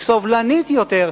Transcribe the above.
היא סובלנית יותר,